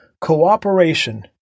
cooperation